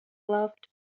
loved